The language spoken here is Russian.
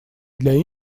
для